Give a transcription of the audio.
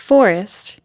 Forest